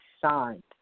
signed